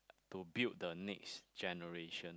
to build the next generation